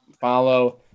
follow